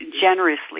generously